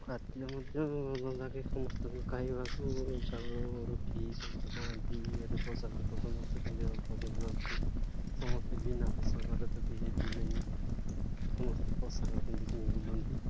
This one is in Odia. ଖାଦ୍ୟ ମଧ୍ୟ ଭଲ ଲାଗେ ସମସ୍ତଙ୍କ ଖାଇବାକୁ ଚାଉଳ ରୁଟିି ସବୁ ତ ଖାଆନ୍ତି ଆରି ପୋଷାକ ପତ୍ର ତ ନଥିବ ସମସ୍ତେ ବିନା ପୋଷାକରେ ତ କେହି ବୁଲେନି ସମସ୍ତେ ପୋଷାକ ପିନ୍ଧିକି ବୁଲନ୍ତି